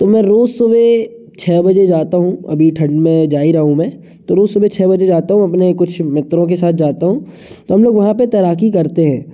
तो मैं रोज सुबह छ बजे जाता हूँ अभी ठंड में जा ही रहा हूँ मैं तो रोज सुबह छ बजे जाता हूँ अपने कुछ मित्रों के साथ जाता हूँ तो हम लोग वहाँ पर तैराकी करते हैं